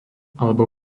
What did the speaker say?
alebo